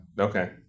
Okay